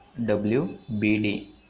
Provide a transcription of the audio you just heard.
WBD